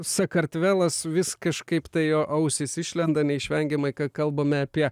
sakartvelas vis kažkaip tai jo ausys išlenda neišvengiamai kai kalbame apie